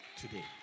today